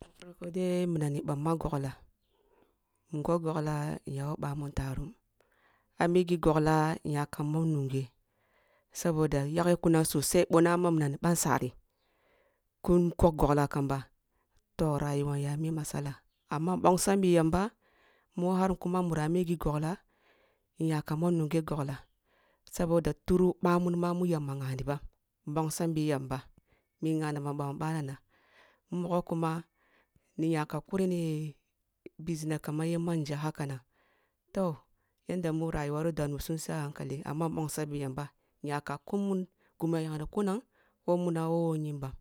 Ba farko dai mi am ni bamma oglah in gog gigllah inya who bamun tarum a migi goglah inya ka mom nungeh, saboda yageh kunam sossai boh nama minam ni bansari kun gog goglah kam ba tog rayuwa yam ya mi masala, amma mbongsam bi yamba mu har nkuman muram a migi goglah in yaka mom nungeh go glah saboda through bamun mu yamba nngani bam mbong sambi tamba mu nnganibam bamun banana wu mogoh kuma inyaka kurni business kamn ye manja hakanan, toh yanda mu rayiwa ri dannisum sai a bankaki amma mbongsam bi yamba myaka kum gum ya yakni kunam who munam who ye nyimbam,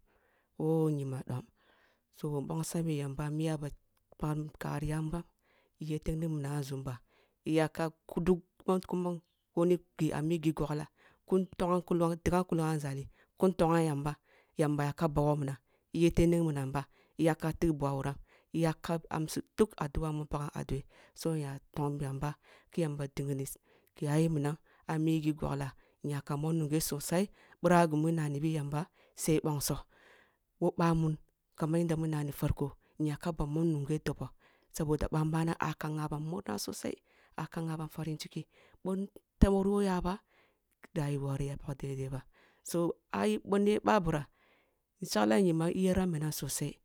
wil nyimam dom so mbongsam bi y amba mu iyaba pak kariyam iyete ning minan a nzum ba iyaka boh ni gi a migi goglah kin tongam kunam a nzali kkan tangam yamba yamba yak aba wogh minnam ba iyaka tigh bugi a wuram iyak kap amsi duk adu'a mu mpakam a dwe so inya tong tamba ni yamba kuaue minam a mngi goglah inyaka morn nungeh sossai birah gumi nnanibi yamba sai bongsoh, who bamun kam an yanda mun nani farko inyaka ba mom nungeh doboh saboda banbana aya kan ngabam murna sossai wuru who yaba da rayuea ti ya pak dai dai ba, so ai boni ye babira, sheklam kyibam yira minam sossai.